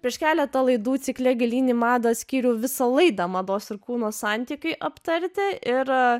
prieš keletą laidų cikle gilyn į madą skyrių visa laida mados ir kūno santykiui aptarti ir